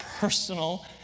personal